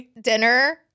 dinner